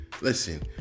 Listen